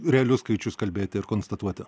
realius skaičius kalbėti ir konstatuoti